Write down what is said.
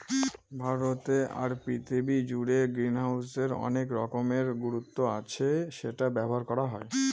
ভারতে আর পৃথিবী জুড়ে গ্রিনহাউসের অনেক রকমের গুরুত্ব আছে সেটা ব্যবহার করা হয়